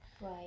right